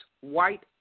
white